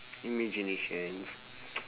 imaginations